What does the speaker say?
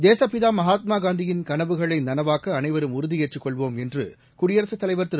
தேசப்பிதா மகாத்மா காந்தியின் கனவுகளை நனவாக்க அனைவரும் உறுதியேற்றுக் கொள்வோம் என்று குடியரசுத் தலைவர் திரு